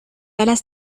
alas